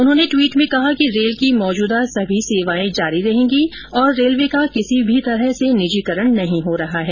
उन्होंने ट्वीट में कहा कि रेल की मौजूदा सभी सेवाएं जारी रहेंगी और रेलवे का किसी भी तरह से निजीकरण नहीं हो रहा है